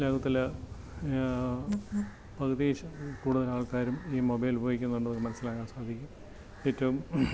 കേരളത്തില് പകുതിയില് കൂടുതലാള്ക്കാരും പകുതിയില് കൂടുതലാൾക്കാരും ഈ മൊബൈൽ ഉപയോഗിക്കുന്നുണ്ടെന്ന് മനസിലാക്കാൻ സാധിക്കുന്നു ഏറ്റവും